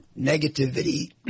Negativity